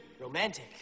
romantic